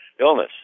illness